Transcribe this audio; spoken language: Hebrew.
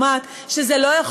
לכל מי ששומעת,